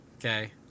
Okay